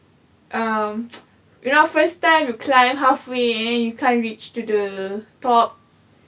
um you know first time you climb halfway you can reach to the top